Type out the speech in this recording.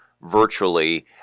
virtually